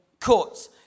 courts